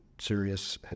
serious